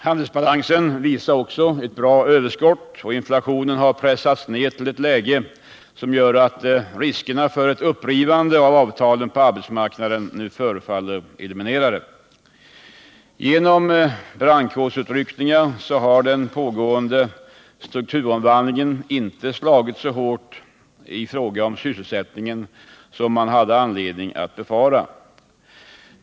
Handelsbalansen visar också ett bra överskott, och inflationen har pressats ned till ett läge som gör att riskerna för ett upprivande av avtalen på arbetsmarknaden nu förefaller eliminerade. På grund av brandkårsutryckningar har den pågående strukturomvandlingen inte slagit så hårt i fråga om sysselsättningen som man hade anledning att befara.